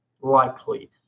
likely